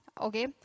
Okay